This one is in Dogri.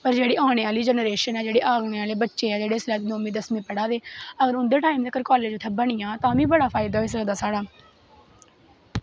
पर जेह्ड़ी औनी आह्ली जनरेशन ऐ औनें आह्ले बच्चें न ऐ जेह्ड़े इसलै नौमीं दसमीं पढ़ा दे ऐ अगर उं'दे टैम तक्कर कालेज बनी जा तां बी बड़ा फैदा होई सकदा साढ़ा